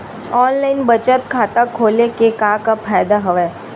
online बचत खाता खोले के का का फ़ायदा हवय